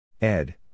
Ed